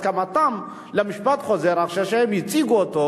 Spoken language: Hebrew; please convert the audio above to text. את הסכמתם למשפט חוזר אחרי שהם הציגו אותו,